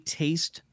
taste